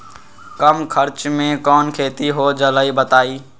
कम खर्च म कौन खेती हो जलई बताई?